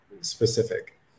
specific